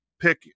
pick